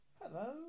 hello